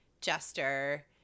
jester